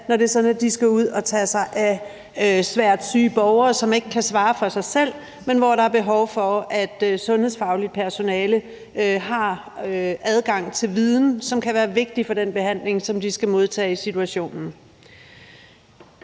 at de skal ud at tage sig af svært syge borgere, som ikke kan svare for sig selv, men hvor der er behov for, at det sundhedsfaglige personale har adgang til viden, der kan være vigtig for den behandling, som de skal modtage i situationen.